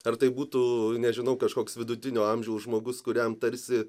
ar tai būtų nežinau kažkoks vidutinio amžiaus žmogus kuriam tarsi